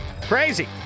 Crazy